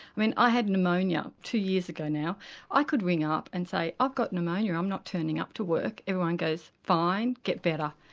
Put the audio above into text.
i mean i had pneumonia two years ago. i could ring up and say i've got pneumonia, i'm not turning up to work'. everyone goes fine, get better'.